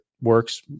works